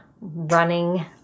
running